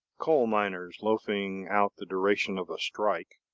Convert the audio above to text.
coal miners loafing out the duration of a strike,